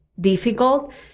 difficult